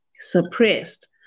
suppressed